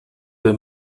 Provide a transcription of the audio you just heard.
the